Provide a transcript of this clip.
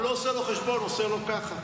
הוא לא עושה לו חשבון, הוא עושה לוקח לו ככה.